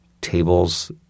tables